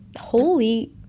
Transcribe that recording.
Holy